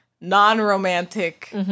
non-romantic